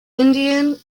indian